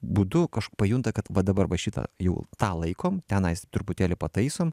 būdu pajunta kad va dabar va šitą jau tą laikom tenais truputėlį pataisom